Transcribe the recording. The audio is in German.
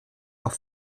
auf